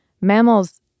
mammals